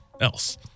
else